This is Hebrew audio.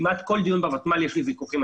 כמעט בכל דיון בוותמ"ל יש לי ויכוחים.